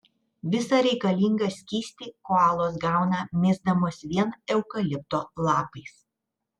visą reikalingą skystį koalos gauna misdamos vien eukalipto lapais